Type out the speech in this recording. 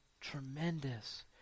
Tremendous